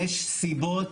יש סיבות,